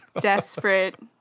desperate